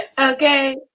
Okay